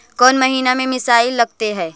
कौन महीना में मिसाइल लगते हैं?